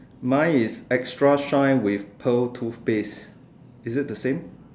my is extra shine with pearl toothpaste is it the same